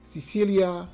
Cecilia